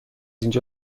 اینجا